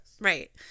Right